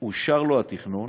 אושר לו התכנון,